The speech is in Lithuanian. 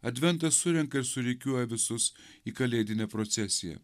adventas surenka ir surikiuoja visus į kalėdinę procesiją